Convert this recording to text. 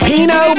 Pino